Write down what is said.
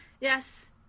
yes